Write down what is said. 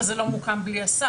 בכל מקרה זה לא מוקם בלי השר.